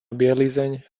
bielizeň